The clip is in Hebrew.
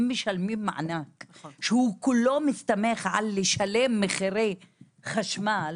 אם משלמים מענק שהוא כולו מסתמך על לשלם מחירי חשמל,